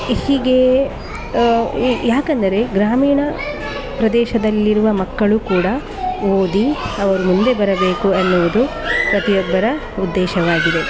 ಹೀಗೆಯೇ ಯಾಕೆಂದರೆ ಗ್ರಾಮೀಣ ಪ್ರದೇಶದಲ್ಲಿರುವ ಮಕ್ಕಳು ಕೂಡ ಓದಿ ಅವರು ಮುಂದೆ ಬರಬೇಕು ಎನ್ನುವುದು ಪ್ರತಿಯೊಬ್ಬರ ಉದ್ದೇಶವಾಗಿದೆ